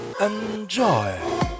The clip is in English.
enjoy